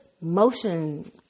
motion